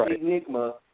enigma